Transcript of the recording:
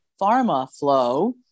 PharmaFlow